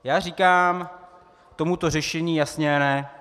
Já říkám tomuto řešení jasné ne.